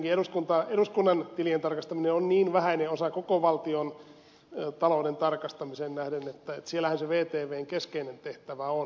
tietenkin eduskunnan tilien tarkastaminen on niin vähäinen osa koko valtiontalouden tarkastamiseen nähden että siellähän se vtvn keskeinen tehtävä on